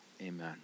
Amen